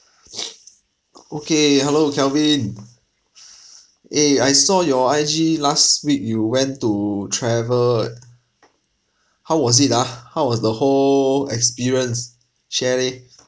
o~ okay hello kelvin eh I saw your I_G last week you went to travel uh how was it ah how was the whole experience share with me